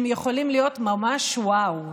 הם יכולים להיות ממש וואו.